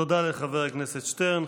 תודה לחבר הכנסת שטרן.